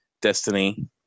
Destiny